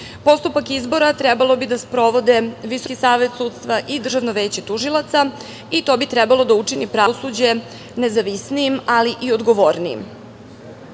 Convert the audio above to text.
izbora trebalo bi da sprovode Visoki savet sudstva i Državno veće tužilaca i to bi trebalo da učini pravosuđe nezavisnijim, ali i odgovornijim. Pre